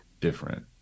different